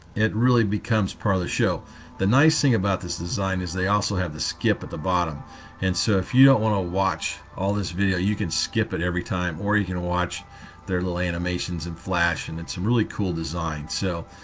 it really becomes part of the show the nice thing about this design is they also have the skip at the bottom and so if you want to watch all this video you can skip every time or you can watch their little animations and flash, and it's a really cool design, so